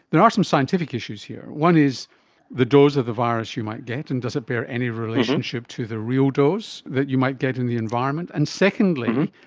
there are some scientific issues here. one is the dose of the virus you might get and does it bear any relationship to the real dose that you might get in the environment? and secondly,